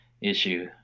issue